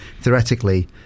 theoretically